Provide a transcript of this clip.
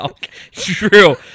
True